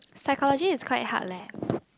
psychology is quite hard leh